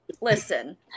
listen